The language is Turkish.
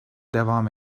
devam